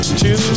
two